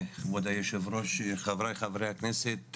כבוד היושב ראש חברי הכנסת,